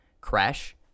Crash